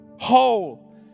whole